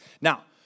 Now